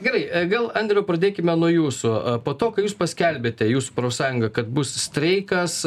gerai gal andriau pradėkime nuo jūsų po to kai jūs paskelbėte jūs profsąjunga kad bus streikas